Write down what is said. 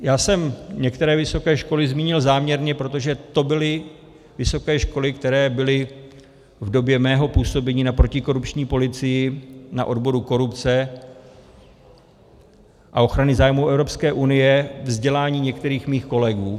Já jsem některé vysoké školy zmínil záměrně, protože to byly vysoké školy, které byly v době mého působení na protikorupční policii, na odboru korupce a ochrany zájmů Evropské unie vzdělání některých mých kolegů.